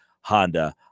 Honda